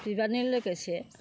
बिबारनि लोगोसे